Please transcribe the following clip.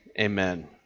Amen